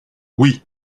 oui